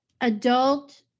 Adult